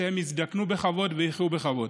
שהם יזדקנו בכבוד ויחיו בכבוד.